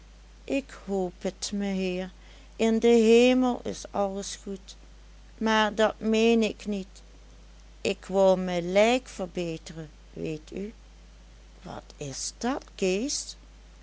ik hoop et meheer in den hemel is alles goed maar dat meen ik niet ik wou me lijk verbeteren weet u wat is dat kees